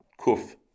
Kuf